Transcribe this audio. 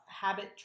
habit